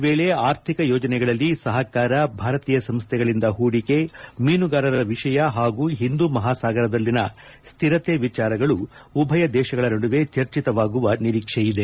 ಈ ಭೇಟಿಯ ವೇಳೆ ಆರ್ಥಿಕ ಯೋಜನೆಗಳಲ್ಲಿ ಸಹಕಾರ ಭಾರತೀಯ ಸಂಸ್ಡೆಗಳಿಂದ ಹೂಡಿಕೆ ಮೀನುಗಾರರ ವಿಷಯ ಹಾಗೂ ಹಿಂದೂ ಮಹಾಸಾಗರದಲ್ಲಿನ ಸ್ಸಿರತೆ ವಿಚಾರಗಳು ಉಭಯ ದೇಶಗಳ ನಡುವೆ ಚರ್ಚಿತವಾಗುವ ನಿರೀಕ್ಷೆಯಿದೆ